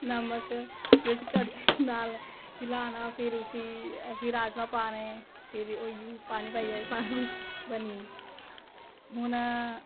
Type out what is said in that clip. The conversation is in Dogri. नमक बिच कड़शी नाल नाल हिलाना फिर राजमां पाने फिर होई गेई पानी पाइयै सारा कुछ बनी गेई हुन